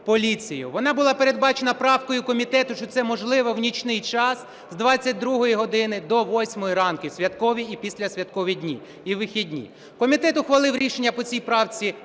Вона була передбачена правкою комітету, що це можливо в нічний час, з 22-ї години до 8-ї ранку, в святкові і післясвяткові дні, і у вихідні. Комітет ухвалив рішення по цій правці